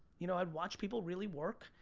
you know i'd watch people really work.